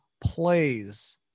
plays